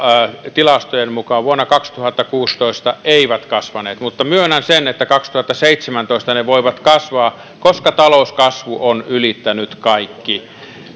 tilastojen mukaan vuonna kaksituhattakuusitoista eivät kasvaneet mutta myönnän sen että kaksituhattaseitsemäntoista ne ne voivat kasvaa koska talouskasvu on ylittänyt kaikki